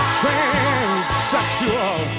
transsexual